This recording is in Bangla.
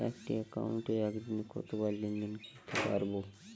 একটি একাউন্টে একদিনে কতবার লেনদেন করতে পারব?